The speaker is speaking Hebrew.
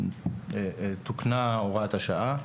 מאז שתוקנה הוראת השעה,